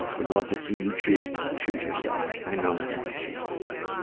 would love to see you choose choose yourself. and i know that sounds cheesy but,